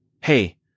hey